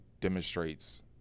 demonstrates